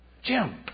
Jim